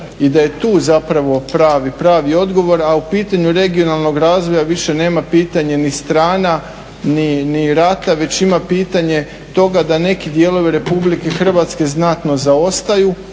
i da je tu zapravo pravi, pravi odgovor. A o pitanju regionalnog razvoja više nema pitanje ni strana, ni rata već ima pitanje toga da neki dijelovi Republike Hrvatske znatno zaostaju